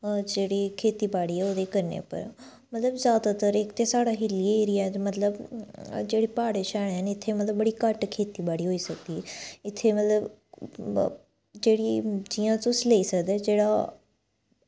ते ओह् जेह्ड़ी खेती बाड़ी ओह् करने पर ते जादै इत्थें साढ़ा हिली एरिया मतलब जेह्ड़े प्हाड़ें दे मतलब न इत्थें घट्ट खेती होई सकदी ऐ इत्थें मतलब जेह्ड़ी जि'यां तुस लेई सकदे ओह् जेह्ड़ा